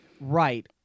Right